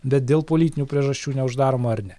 bet dėl politinių priežasčių neuždaroma ar ne